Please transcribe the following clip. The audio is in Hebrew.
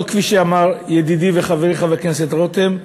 לא כפי שאמר ידידי וחברי חבר הכנסת רותם,